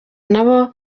nabo